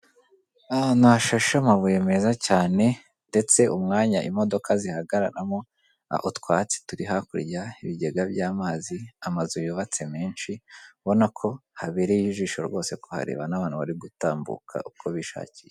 Ahantu hashashe amabuye meza cyane ndetse umwanya imodoka zihagararamo, aho utwatsi turi hakurya, ibigega by'amazi, amazu yubatse menshi, ubona ko habereye ijisho rwose kuhareba n'abantu bari gutambuka uko bishakiye.